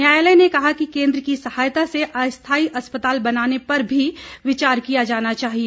न्यायालय ने कहा है कि केंद्र की सहायता से अस्थायी अस्पताल बनाने पर भी विचार किया जाना चाहिए